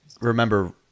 remember